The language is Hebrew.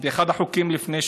באחד החוקים לפני שבועיים,